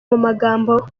magambo